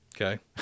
Okay